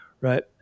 right